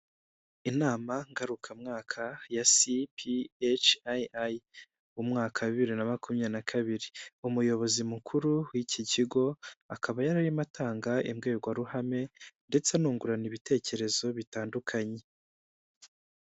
Inama ngarukamwaka ya cipiheyici ayi ayi mu mwaka wa bibiri na makumyabiri naka kabiri umuyobozi mukuru w'iki kigo akaba yararimo atanga imbwirwaruhame ndetse anungurana ibitekerezo bitandukanye